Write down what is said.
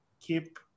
keep